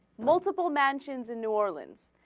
multiple mentions in new orleans